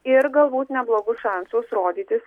ir galbūt neblogus šansus rodytis